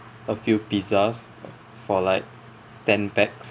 a few pizzas for like ten pax